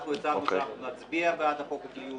ואנחנו הצהרנו שאנחנו נצביע בעד חוק הגיוס.